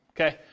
okay